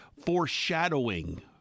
foreshadowing